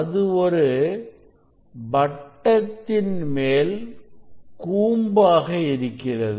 அது ஒரு வட்டத்தின் மேல் கூம்பாக இருக்கிறது